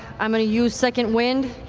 i'm going to use second wind,